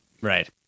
Right